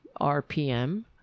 RPM